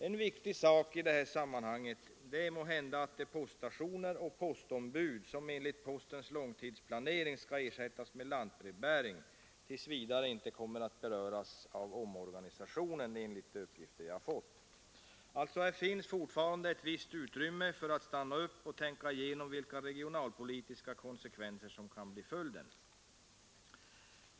En viktig sak i sammanhanget är måhända att de poststationer och postombud som enligt postens långtidsplanering skall ersättas med lantbrevbäring enligt de uppgifter jag fått tills vidare inte kommer att beröras av omorganisationen. Här finns alltså fortfarande ett visst utrymme för att stanna upp och tänka igenom vilka regionalpolitiska konsekvenser som kan uppkomma.